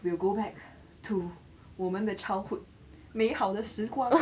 we will go back to 我们的 childhood 美好的时光